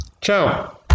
Ciao